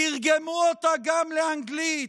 תרגמו אותה גם לאנגלית.